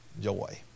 joy